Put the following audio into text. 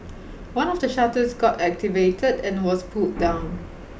one of the shutters got activated and was pulled down